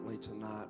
Tonight